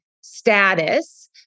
status